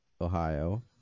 Ohio